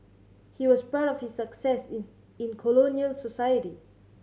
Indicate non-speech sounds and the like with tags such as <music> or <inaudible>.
he was proud of his success <unintelligible> in colonial society